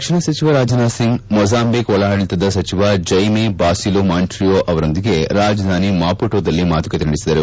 ರಕ್ಷಣಾ ಸಚಿವ ರಾಜನಾಥ್ ಸಿಂಗ್ ಮೊಜಾಂಬಿಕ್ ಒಳಾಡಳಿತ ಸಚಿವ ಜೈಮೆ ಬಾಸಿಲೋ ಮೊಂಟ್ರಯೊ ಅವರೊಂದಿಗೆ ರಾಜಧಾನಿ ಮಾಪುಟೊದಲ್ಲಿ ಮಾತುಕತೆ ನಡೆಸಿದರು